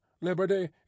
Liberty